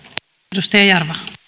arvoisa